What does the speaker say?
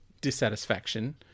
dissatisfaction